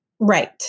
Right